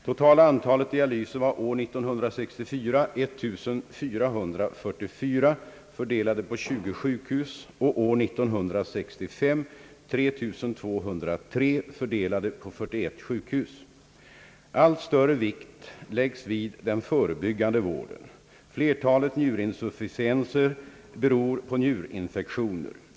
Totala antalet dialyser var 1444 år 1964, fördelade på 20 sjukhus, och 3203 år 1965, fördelade på 41 sjukhus. Allt större vikt läggs vid den förebyggande vården. Flertalet njurinsufficienser beror på njurinfektioner.